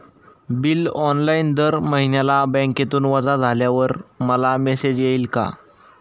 Bill online दर महिन्याला बँकेतून वजा झाल्यावर मला मेसेज येईल का?